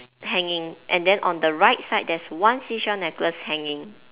hanging and then on the right side there is one seashell necklace hanging